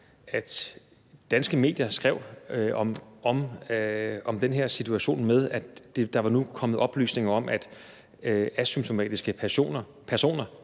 at danske medier skrev om den her situation, altså at der nu var kommet oplysninger om, at asymptomatiske personer